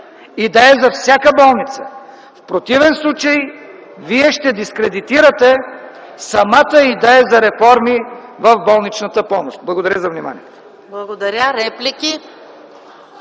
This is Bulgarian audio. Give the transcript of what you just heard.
идея за всяка болница. В противен случай вие ще дискредитирате самата идея за реформи в болничната помощ. Благодаря за вниманието.